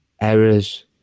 errors